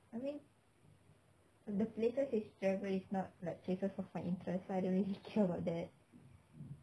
I mean the places that she travel is not like places of my interest so I don't really care about that